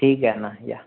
ठीकआहे ना या